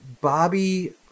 Bobby